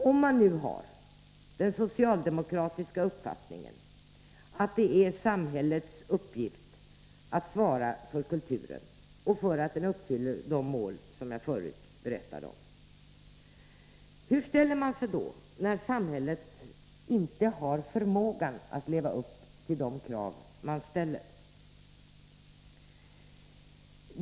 Om man nu har den socialdemokratiska uppfattningen att det är samhällets uppgift att svara för kulturen och för att den uppfyller de mål som jag förut berättade om, hur ställer man sig då när samhället inte har förmågan att leva upp till de krav som ställs?